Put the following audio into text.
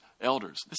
elders